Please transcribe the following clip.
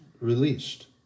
released